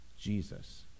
Jesus